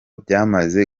byamaze